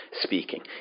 speaking